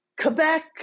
Quebec